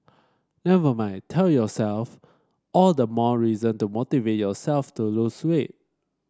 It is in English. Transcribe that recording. never mind tell yourself all the more reason to motivate yourself to lose weight